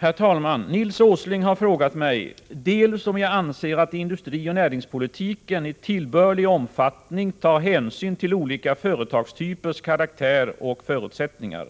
Herr talman! Nils Åsling har frågat mig dels om jag anser att industrioch näringspolitiken i tillbörlig omfattning tar hänsyn till olika företagstypers karaktär och förutsättningar,